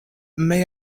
may